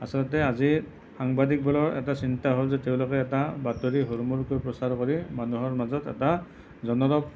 আচলতে আজি সাংবাদিকবোৰৰ এটা চিন্তা হ'ল যে তেওঁলোকে এটা বাতৰি হুৰমূৰকৈ প্ৰচাৰ কৰি মানুহৰ মাজত এটা জনৰৱ